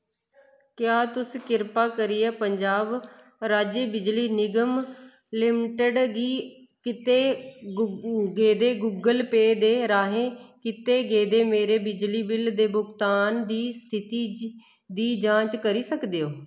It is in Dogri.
क्या तुस कृपा करियै पंजाब राज्य बिजली निगम लिमिटड गी कीते गेदे गूगल पेऽ दे राहें कीते गेदे मेरे बिजली बिल दे भुगतान दी स्थिति दी जांच करी सकदे ओ